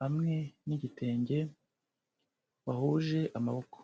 hamwe n'igitenge, wahuje amaboko.